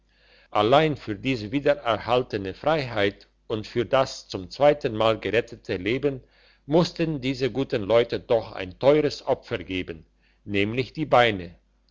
allein für diese wiedererhaltene freiheit und für das zum zweiten mal gerettete leben mussten diese guten leute doch ein teures opfer geben nämlich die beine